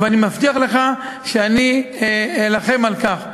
ואני מבטיח לך שאני אלחם על כך.